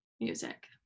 music